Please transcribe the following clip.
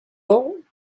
ans